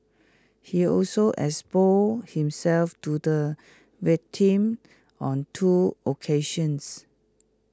he also exposed himself to the victim on two occasions